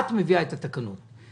את מביאה את התקנות,